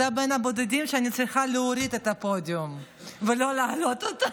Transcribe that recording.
אתה בין הבודדים שאיתם אני צריכה להוריד את הפודיום ולא להעלות אותו.